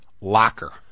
Locker